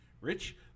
Rich